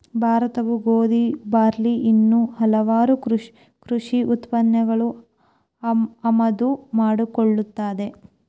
ಭಾರತವು ಗೋಧಿ, ಬಾರ್ಲಿ ಇನ್ನೂ ಹಲವಾಗು ಕೃಷಿ ಉತ್ಪನ್ನಗಳನ್ನು ಆಮದು ಮಾಡಿಕೊಳ್ಳುತ್ತದೆ